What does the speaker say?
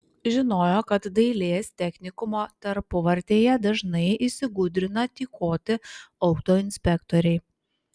žinojo kad dailės technikumo tarpuvartėje dažnai įsigudrina tykoti autoinspektoriai